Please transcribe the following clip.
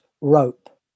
rope